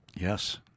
Yes